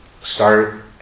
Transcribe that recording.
start